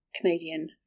Canadian